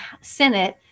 senate